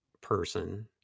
person